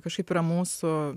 kažkaip yra mūsų